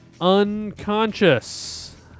unconscious